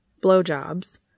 Blowjobs